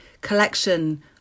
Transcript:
collection